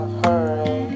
hurry